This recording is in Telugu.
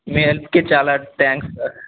మీ హెల్ప్కి చాలా థ్యాంక్స్ సార్